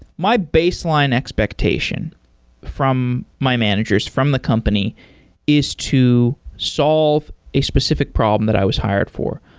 my baseline expectation from my managers, from the company is to solve a specific problem that i was hired for.